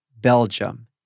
Belgium